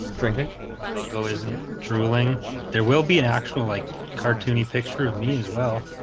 drinking logo isn't drooling there will be an actual like cartoony picture of me as well.